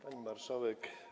Pani Marszałek!